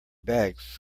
bags